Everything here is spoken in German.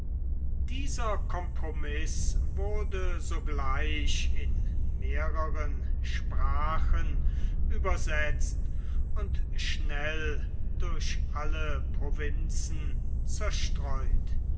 dieser compromiß wurde sogleich in mehrere sprachen übersetzt und schnell durch alle provinzen zerstreut